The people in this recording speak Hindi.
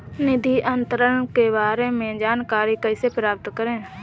निधि अंतरण के बारे में जानकारी कैसे प्राप्त करें?